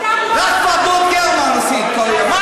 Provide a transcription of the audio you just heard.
רק ועדות גרמן עשית כל היום.